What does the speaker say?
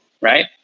right